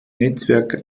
netzwerk